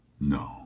No